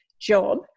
job